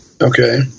Okay